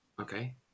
Okay